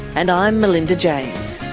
and i'm melinda james